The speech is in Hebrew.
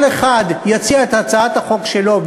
נציע כל אחד את הצעת החוק שלו,